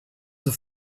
the